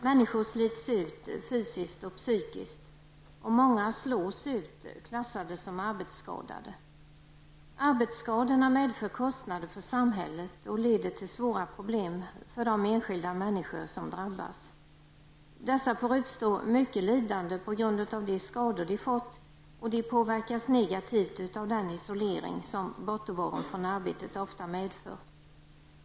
Människor slits ut fysiskt och psykiskt. Många slås ut, klassade som arbetsskadade. Arbetsskadorna medför kostnader för samhället och leder till svåra problem för de enskilda människor som drabbas. Dessa får utstå mycket lidande på grund av de skador de fått, och de påverkas negativt av den isolering som bortovaron från arbetet ofta medför.